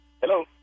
Hello